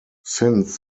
since